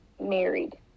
married